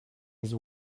his